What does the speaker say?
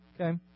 Okay